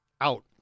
Out